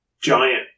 giant